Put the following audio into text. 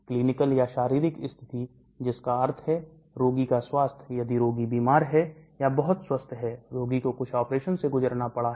clinical या शारीरिक स्थिति जिसका अर्थ है रोगी का स्वास्थ यदि रोगी बीमार है या बहुत स्वस्थ है रोगी को कुछ ऑपरेशन से गुजरना पड़ा है